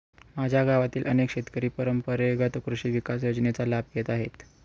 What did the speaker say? माझ्या गावातील अनेक शेतकरी परंपरेगत कृषी विकास योजनेचा लाभ घेत आहेत